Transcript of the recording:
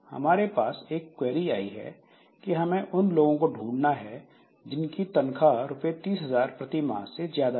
हमारे पास एक क्वेरी आई है कि हमें उन लोगों को ढूंढना है जिन की तनख्वाह रु 30000 प्रति माह से ज्यादा है